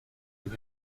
you